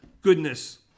goodness